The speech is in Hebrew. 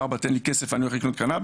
אבא תן לי כסף אני רוצה לקנות קנאביס,